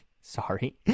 sorry